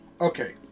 Okay